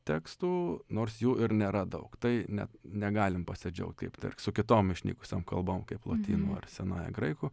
tekstų nors jų ir nėra daug tai net negalim pasidžiaugt kaip tar su kitom išnykusiom kalbom kaip lotynų ar senoji graikų